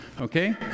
okay